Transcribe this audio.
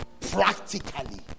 practically